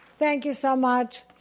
thank you so much.